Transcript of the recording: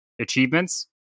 achievements